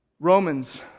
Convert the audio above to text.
Romans